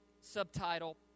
subtitle